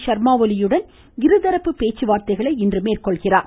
ஷர்மா ஒலியுடன் இருதரப்பு பேச்சுவார்த்தைகளை இன்று மேற்கொள்கிறார்